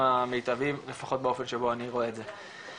המיטביים לפחות באופן שבו אני רואה את זה.